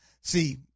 See